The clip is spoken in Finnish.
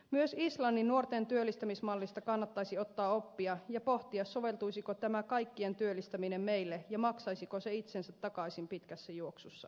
myös islannin nuorten työllistämismallista kannattaisi ottaa oppia ja pohtia soveltuisiko tämä kaikkien työllistäminen meille ja maksaisiko se itsensä takaisin pitkässä juoksussa